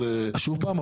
שוב פעם,